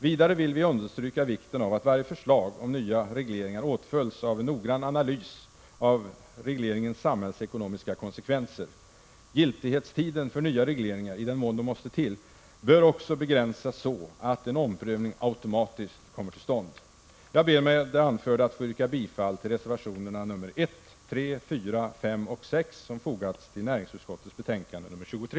Vidare vill vi understryka vikten av att varje förslag om nya regleringar åtföljs av en noggrann analys av regleringens samhällsekonomiska konsekvenser. Giltighetstiden för nya regleringar i den mån sådana måste komma till stånd bör också begränsas så att en omprövning automatiskt kommer till stånd. Jag ber att få yrka bifall till reservationerna nr 1, 3,4, 5 och 6 som fogats till näringsutskottets betänkande nr 23.